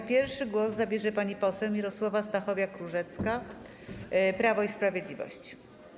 Jako pierwsza głos zabierze pani poseł Mirosława Stachowiak-Różecka, Prawo i Sprawiedliwość.